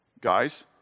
guys